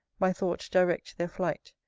my thought direct their flight.